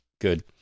Good